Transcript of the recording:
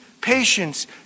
patience